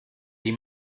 die